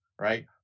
Right